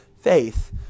faith